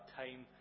time